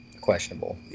questionable